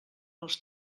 els